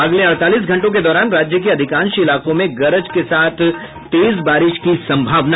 अगले अड़तालीस घंटों के दौरान राज्य के अधिकांश इलाकों में गरज के साथ तेज बारिश की संभावना